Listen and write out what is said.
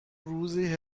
روزی